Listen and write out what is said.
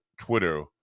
Twitter